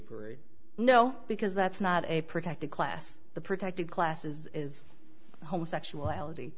parade no because that's not a protected class the protected classes is homosexuality